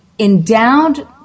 Endowed